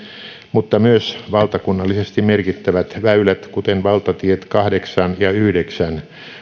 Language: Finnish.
mutta myös valtakunnallisesti merkittävät väylät kuten valtatiet kahdeksan ja yhdeksän